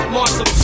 Marshall